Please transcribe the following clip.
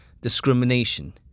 discrimination